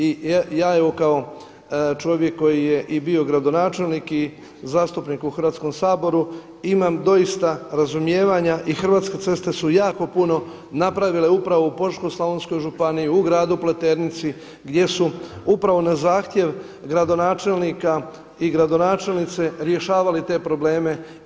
I ja kao čovjek koji je i bio gradonačelnik i zastupnik u Hrvatskom saboru imam doista razumijevanja i hrvatske ceste su jako puno upravo u Požeško-slavonskoj županiji u gradu Pleternici gdje su na zahtjev gradonačelnika i gradonačelnice rješavali te probleme.